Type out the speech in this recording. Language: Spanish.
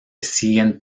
siguen